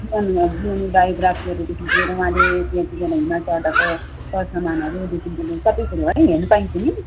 जीवन जीवनी बायोग्राफीहरूदेखिको लिएर उहाँले त्यति बेला हिमाल चढ्दाको सर सामानहरूदेखिको लिएर सबै कुरो है हेर्नु पाइन्छ नि